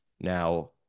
Now